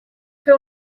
fer